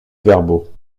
verbaux